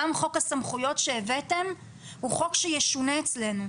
גם חוק הסמכויות שהבאתם הוא חוק שישונה אצלנו.